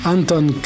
Anton